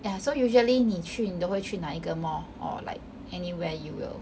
ya so usually 你去你都会去哪一个 mall or like anywhere you will